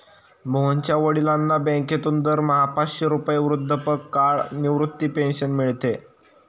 मोहनच्या वडिलांना बँकेतून दरमहा पाचशे रुपये वृद्धापकाळ निवृत्ती पेन्शन मिळते